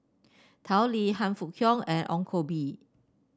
Tao Li Han Fook Kwang and Ong Koh Bee